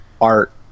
art